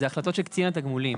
אלה החלטות של קצין התגמולים.